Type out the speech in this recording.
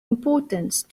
importance